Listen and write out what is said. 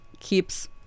keeps